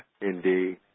Indeed